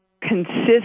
consistent